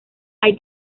hay